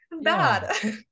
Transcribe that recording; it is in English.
Bad